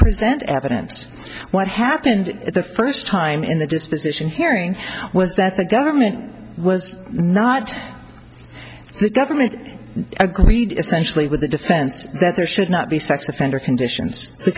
present evidence what happened the first time in the disposition hearing was that the government was not the government agreed essentially with the defense that there should not be sex offender conditions the